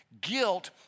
guilt